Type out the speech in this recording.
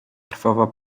krwawa